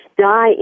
die